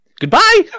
Goodbye